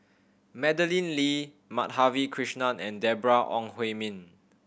Madeleine Lee Madhavi Krishnan and Deborah Ong Hui Min